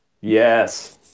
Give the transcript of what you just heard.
Yes